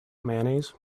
mayonnaise